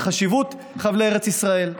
על חשיבות חבלי ארץ ישראל,